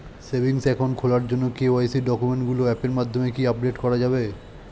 Savings account খোলার জন্য KYC ডকুমেন্টগুলো অ্যাপের মাধ্যমে কি আপডেট করা যাবে?